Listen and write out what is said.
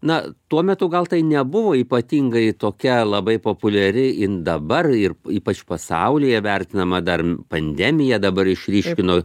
na tuo metu gal tai nebuvo ypatingai tokia labai populiari in dabar ir ypač pasaulyje vertinama dar pandemija dabar išryškino